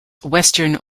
western